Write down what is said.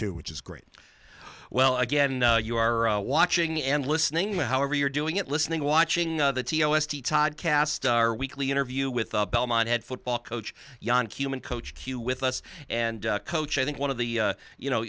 too which is great well again you are watching and listening now however you're doing it listening watching the t l s to todd cast our weekly interview with belmont head football coach yon cumin coach q with us and coach i think one of the you know